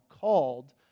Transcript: called